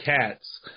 cats